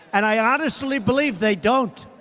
and i honestly believe they don't.